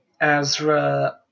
Azra